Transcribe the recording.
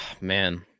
man